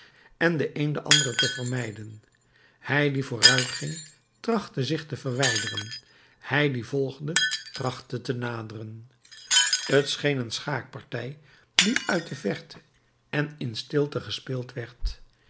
en de een den ander te vermijden hij die vooruitging trachtte zich te verwijderen hij die volgde trachtte te naderen t scheen een schaakpartij die uit de verte en in stilte gespeeld werd